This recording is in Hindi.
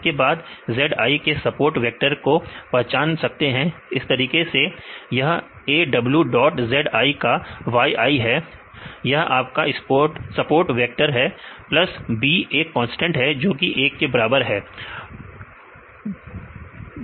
इसके बाद आप zi के सपोर्ट वेक्टर को पहचान सकते हैं इस तरीके से की यह a w dot z i का yi है यह आपका सपोर्ट वेक्टर है प्लस b एक कांस्टेंट है जो कि 1 के बराबर है